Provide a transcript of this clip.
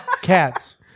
Cats